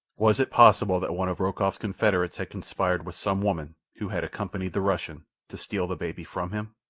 was it possible that one of rokoff's confederates had conspired with some woman who had accompanied the russian to steal the baby from him?